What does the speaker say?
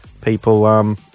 people